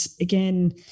again